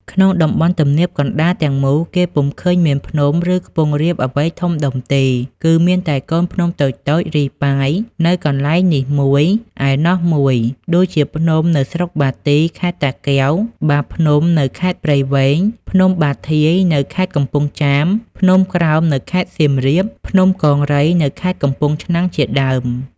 ក្នុងតំបន់ទំនាបកណ្ដាលទាំងមូល គេពុំឃើញមានភ្នំ ឬខ្ពង់រាបអ្វីធំដុំទេ គឺមានតែកូនភ្នំតូចៗរាយប៉ាយនៅកន្លែងនេះមួយ ឯនោះមួយ ដូចជាភ្នំនៅស្រុកបាទី ខេត្តតាកែវ បាភ្នំនៅខេត្តព្រៃវែង ភ្នំបាធាយ នៅខេត្តកំពង់ចាម ភ្នំក្រោម នៅខេត្តសៀមរាប ភ្នំកង្រី នៅខេត្តកំពង់ឆ្នាំង ជាដើម។